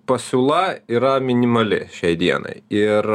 pasiūla yra minimali šiai dienai ir